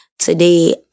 today